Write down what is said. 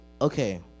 Okay